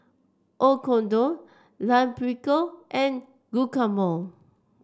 Oyakodon Lime Pickle and Guacamole